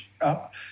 up